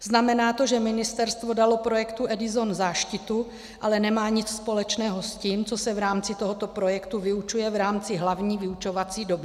Znamená to, že ministerstvo dalo projektu EDISON záštitu, ale nemá nic společného s tím, co se v rámci tohoto projektu vyučuje v rámci hlavní vyučovací doby?